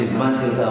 לא רק שהזמנתי אותה,